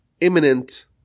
imminent